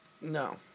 no